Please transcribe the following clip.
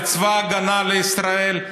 על צבא ההגנה לישראל,